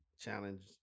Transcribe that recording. Challenge